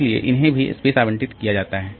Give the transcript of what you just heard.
इसलिए उन्हें भी स्पेस आवंटित किया जाता है